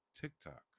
TikTok